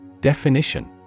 Definition